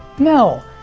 no!